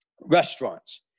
restaurants